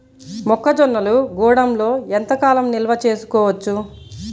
మొక్క జొన్నలు గూడంలో ఎంత కాలం నిల్వ చేసుకోవచ్చు?